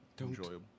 enjoyable